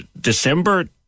December